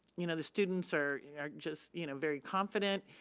you know, the students are just, you know, very confident